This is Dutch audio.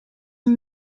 een